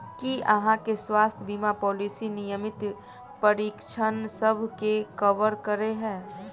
की अहाँ केँ स्वास्थ्य बीमा पॉलिसी नियमित परीक्षणसभ केँ कवर करे है?